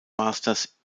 masters